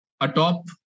atop